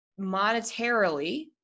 monetarily